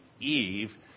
Eve